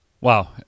Wow